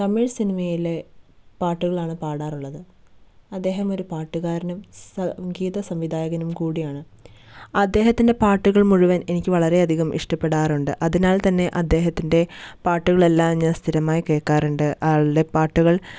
തമിഴ് സിനിമയിലെ പാട്ടുകളാണ് പാടാറുള്ളത് അദ്ദേഹം ഒരു പാട്ടുകാരനും സംഗീത സംവിധായകനും കൂടിയാണ് അദ്ദേഹത്തിൻ്റെ പാട്ടുകൾ മുഴുവൻ എനിക്ക് വളരേ അധികം ഇഷ്ടപ്പെടാറുണ്ട് അതിനാൽ തന്നെ അദ്ദേഹത്തിൻ്റെ പാട്ടുകളെല്ലാം ഞാൻ സ്ഥിരമായി കേൾക്കാറുണ്ട് ആളുടെ പാട്ടുകൾ